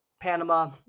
Panama